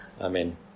Amen